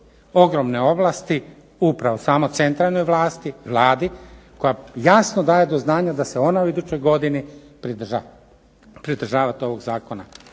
ogromne ovlasti upravo samo centralnoj vlasti, Vladi koja jasno daje do znanja da se ona u idućoj godini pridržavati ovog zakona